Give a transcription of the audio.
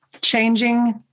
changing